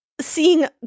seeing